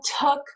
took